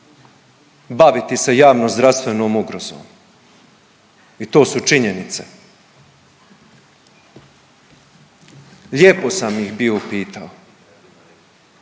baviti se javnozdravstvenom ugrozom i to su činjenice. Lijepo sam ih bio upitao